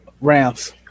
Rams